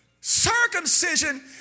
Circumcision